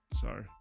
Sorry